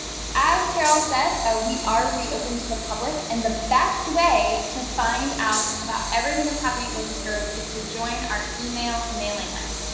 as carol said, we are reopened to the public and the best way to find out about everything that's happening at locust grove is to join our email mailing list.